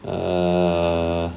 err